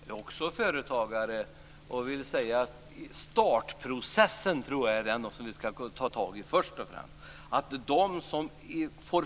Fru talman! Jag är också företagare och jag tror att startprocessen är det som vi först och främst ska ta tag i.